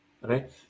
right